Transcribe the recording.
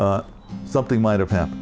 say something might have happened